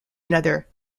another